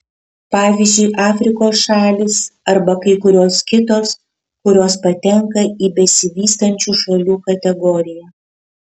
pavyzdžiui afrikos šalys arba kai kurios kitos kurios patenka į besivystančių šalių kategoriją